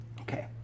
Okay